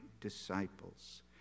disciples